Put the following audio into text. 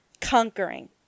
conquering